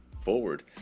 forward